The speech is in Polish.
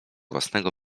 własnego